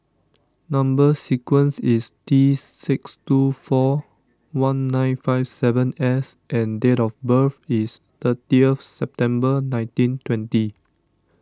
Number Sequence is T six two four one nine five seven S and date of birth is thirtieth September nineteen twenty